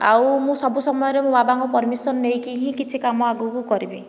ଆଉ ମୁଁ ସବୁ ସମୟରେ ମୋ ବାବାଙ୍କ ପରମିସନ ନେଇକି ହିଁ କିଛି କାମ ଆଗକୁ କରିବି